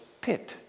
pit